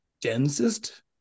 densest